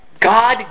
God